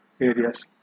areas